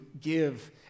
give